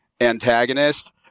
antagonist